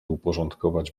uporządkować